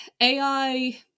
ai